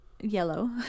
yellow